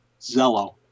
Zello